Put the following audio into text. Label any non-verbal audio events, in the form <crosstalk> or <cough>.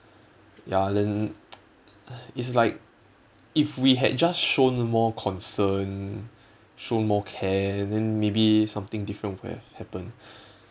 ya then <noise> it's like if we had just shown more concern shown more care then maybe something different would have happened <breath>